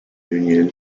union